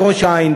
בראש-העין,